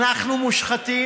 אנחנו מושחתים?